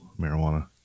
Marijuana